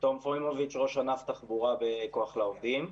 אני ראש ענף תחבורה בכוח לעובדים.